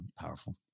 powerful